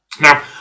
Now